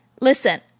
listen